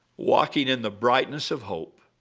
walking in the brightness of hope